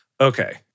Okay